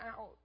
out